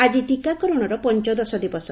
ଆଜି ଟିକାକରଣର ପଞ୍ଚଦଶ ଦିବସ